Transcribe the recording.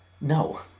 No